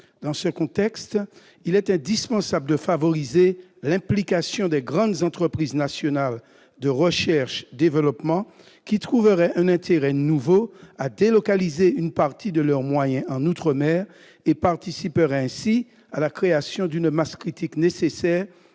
Dans ce cadre, il est indispensable de favoriser l'implication des grandes entreprises nationales de recherche et de développement. Ces dernières trouveraient un intérêt nouveau à délocaliser une partie de leurs moyens outre-mer. Elles participeraient ainsi à la création d'une masse critique nécessaire